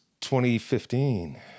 2015